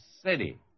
city